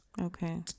Okay